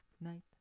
night